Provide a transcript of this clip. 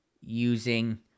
using